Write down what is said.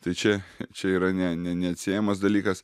tai čia čia yra ne ne neatsiejamas dalykas